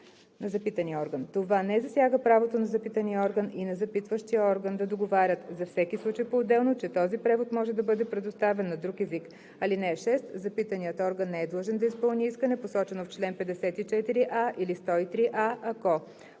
на запитания орган. Това не засяга правото на запитания орган и на запитващия орган да договорят за всеки случай поотделно, че този превод може да бъде предоставен на друг език. (6) Запитаният орган не е длъжен да изпълни искане, посочено в чл. 54а или 103а, ако: